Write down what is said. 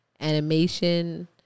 animation